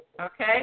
Okay